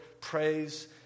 praise